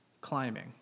climbing